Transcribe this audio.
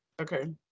Okay